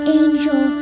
angel